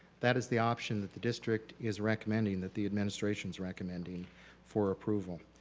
that is the option that the district is recommending that the administration's recommending for approval.